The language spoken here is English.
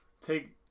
Take